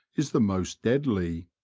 is the most deadly.